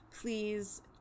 please